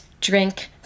drink